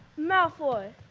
malfoy!